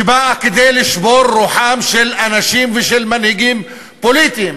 שבאה כדי לשבור רוחם של אנשים ושל מנהיגים פוליטיים.